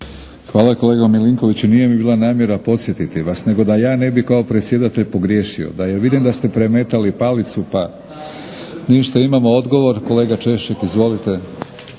Hvala kolega Milinkoviću. Nije mi bila namjera podsjetiti vas nego da ja ne bi kao predsjedatelj pogriješio jer vidim da ste premetali palicu pa. Ništa imamo odgovor, kolega Češek izvolite.